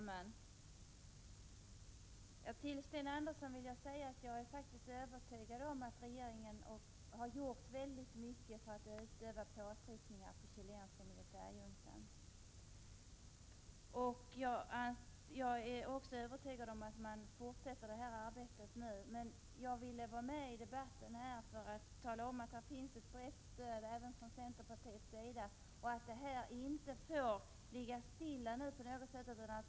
Herr talman! Till Sten Andersson vill jag säga att jag faktiskt är övertygad om att regeringen har gjort väldigt mycket för att utöva påtryckningar på den chilenska militärjuntan. Jag är också övertygad om att man fortsätter detta arbete. Jag ville vara med i den här debatten för att tala om att det finns ett brett stöd i detta sammanhang även inom centern och för att framhålla att man så att säga inte på något sätt får ligga stilla nu.